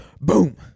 boom